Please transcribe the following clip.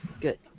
Good